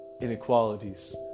inequalities